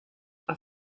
are